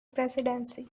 presidency